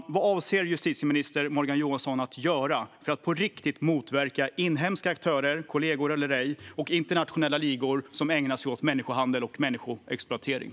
Vad avser justitieminister Morgan Johansson att göra för att på riktigt motverka inhemska aktörer - kollegor eller ej - och internationella ligor som ägnar sig åt människohandel och människoexploatering?